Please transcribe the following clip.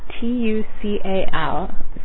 t-u-c-a-l